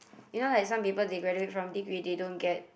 you know like some people they graduate from degree they don't get